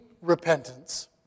repentance